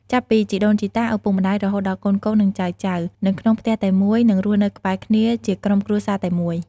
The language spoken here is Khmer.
ចាប់ពីជីដូនជីតា ឪពុកម្ដាយ រហូតដល់កូនៗ និងចៅៗ នៅក្នុងផ្ទះតែមួយ ឬរស់នៅក្បែរគ្នាជាក្រុមគ្រួសារតែមួយ។